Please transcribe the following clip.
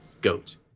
GOAT